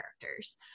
characters